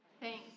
thanks